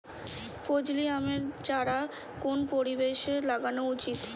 ফজলি আমের চারা কোন পরিবেশে লাগানো উচিৎ?